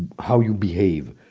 how you behave.